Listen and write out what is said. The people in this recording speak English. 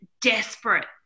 desperate